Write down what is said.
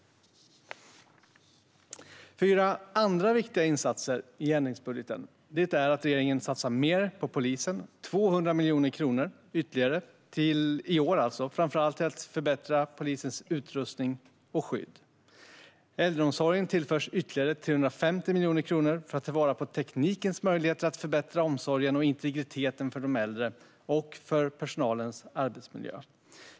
Det finns fyra andra viktiga insatser i ändringsbudgeten. En är att regeringen satsar mer på polisen. Polisen får 200 miljoner kronor ytterligare i år, framför allt för att förbättra utrustning och skydd. Vidare tillförs äldreomsorgen ytterligare 350 miljoner kronor för att ta vara på teknikens möjligheter att förbättra omsorgen och integriteten för de äldre och personalens arbetsmiljö.